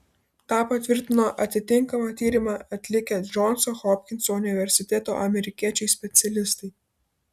tą patvirtino atitinkamą tyrimą atlikę džonso hopkinso universiteto amerikiečiai specialistai